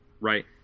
Right